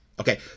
Okay